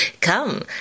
Come